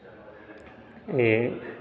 एह्